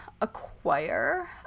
acquire